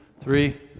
three